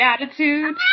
attitude